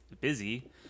busy